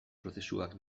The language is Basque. prozesuak